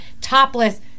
topless